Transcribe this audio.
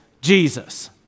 Jesus